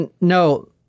No